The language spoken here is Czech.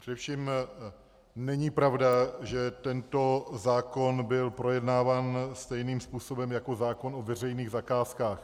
Především není pravda, že tento zákon byl projednáván stejným způsobem jako zákon o veřejných zakázkách.